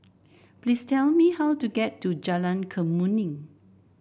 please tell me how to get to Jalan Kemuning